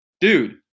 dude